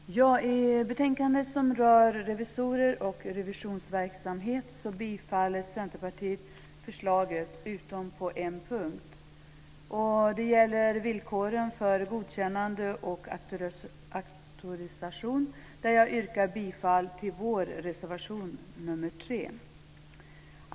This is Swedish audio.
Herr talman! I fråga om detta betänkande, som rör revisorer och revisionsverksamhet, yrkar vi i Centerpartiet bifall till utskottets förslag utom på en punkt. Det gäller då villkoren för godkännande och auktorisation. Där yrkar jag bifall till vår reservation, reservation nr 3.